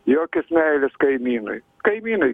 jokios meilės kaimynui kaimynai